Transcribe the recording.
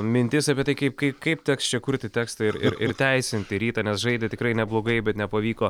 mintis apie tai kaip kaip teks čia kurti tekstą ir teisinti rytą nes žaidė tikrai neblogai bet nepavyko